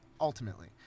ultimately